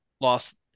lost